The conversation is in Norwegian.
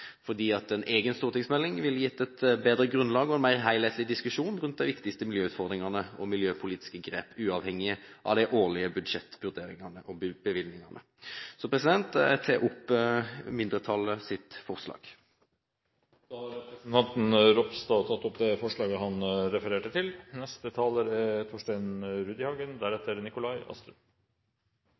fordi en egen stortingsmelding ville gitt et bedre grunnlag og en mer helhetlig diskusjon rundt de viktigste miljøutfordringene og miljøpolitiske grep, uavhengig av de årlige budsjettvurderingene og bevilgningene. Jeg tar herved opp mindretallets forslag. Representanten Kjell Ingolf Ropstad har tatt opp det forslaget han refererte til.